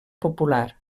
popular